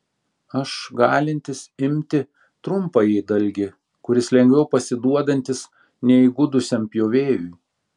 aš galintis imti trumpąjį dalgį kuris lengviau pasiduodantis neįgudusiam pjovėjui